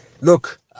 Look